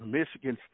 Michigan